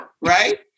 right